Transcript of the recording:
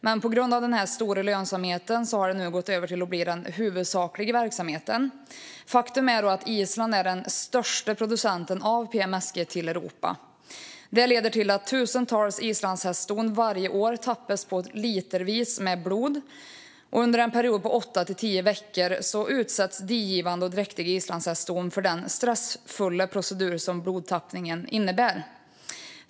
Men på grund av den stora lönsamheten har det nu blivit den huvudsakliga verksamheten. Faktum är att Island är den största producenten av PMSG till Europa. Det leder till att tusentals islandshästston varje år tappas på litervis med blod. Under en period på åtta till tio veckor utsätts digivande och dräktiga islandshästston för den stressfyllda procedur som blodtappningen innebär.